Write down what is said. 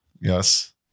Yes